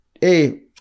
hey